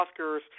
Oscars